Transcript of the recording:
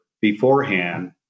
beforehand